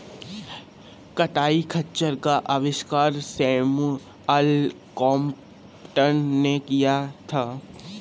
कताई खच्चर का आविष्कार सैमुअल क्रॉम्पटन ने किया था